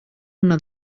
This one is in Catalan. una